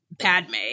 padme